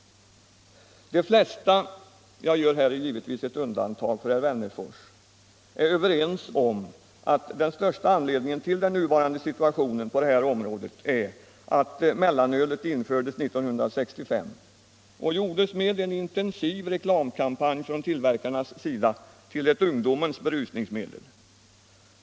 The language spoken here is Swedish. De flesta — jag gör här givetvis ett undantag för herr Wennerfors — är överens om att den främsta anledningen till den nuvarande situationen på området är att mellanölet infördes år 1965 och att mellanölet genom en intensiv reklamkampanj från tillverkarnas sida gjordes till ungdomens berusningsmedel.